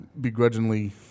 begrudgingly